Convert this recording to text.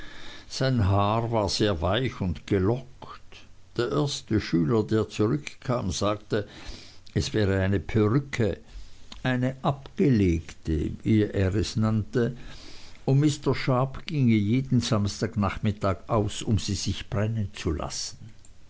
sein haar war sehr weich und gelockt der erste schüler der zurückkam sagte es wäre eine perücke eine abgelegte wie er es nannte und mr sharp ginge jeden samstagnachmittag aus um sie sich brennen zu lassen